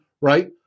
right